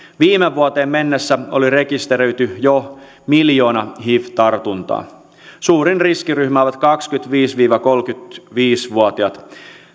viime vuoteen mennessä oli rekisteröity jo miljoona hiv tartuntaa suurin riskiryhmä ovat kaksikymmentäviisi viiva kolmekymmentäviisi vuotiaat